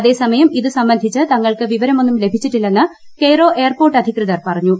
അതേസമയം ഇതു സംബന്ധിച്ച് തങ്ങൾക്ക് വിവരമെന്നും ലഭിച്ചിട്ടില്ലെന്ന് കെയ്റോ എയർപോർട്ട് അധികൃതർ പറഞ്ഞു